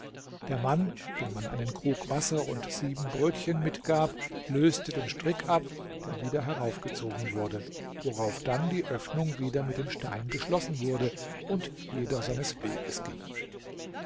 der mann dem man einen krug wasser und sieben brötchen mitgab löste den strick ab der wieder heraufgezogen wurde worauf dann die öffnung wieder mit dem stein geschlossen wurde und jeder seines weges ging